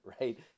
right